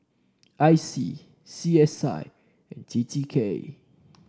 I C C S I and T T K